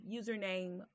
username